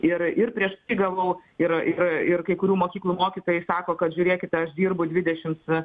ir ir prieš tai gavau ir ir ir kai kurių mokyklų mokytojai sako kad žiūrėkite aš dirbu dvidešimt